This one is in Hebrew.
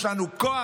יש לנו כוח,